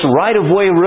right-of-way